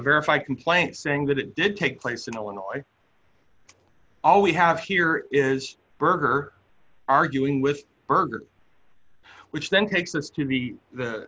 verify complaint saying that it did take place in illinois all we have here is burger arguing with burger which then takes this to be the